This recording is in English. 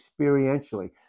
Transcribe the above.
experientially